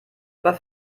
aber